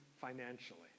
financially